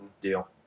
Deal